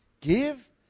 give